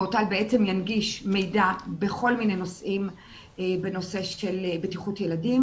הפורטל בעצם ינגיש מידע בכל מיני נושאים בנושא של בטיחות ילדים.